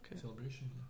Celebration